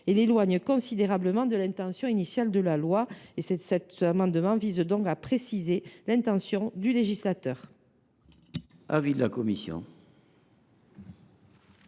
t elle considérablement de l’intention initiale de la loi. Le présent amendement vise donc à préciser l’intention du législateur.